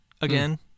again